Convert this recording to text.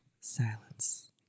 Silence